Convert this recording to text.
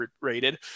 rated